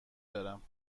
دارم